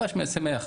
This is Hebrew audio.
ממש שמח.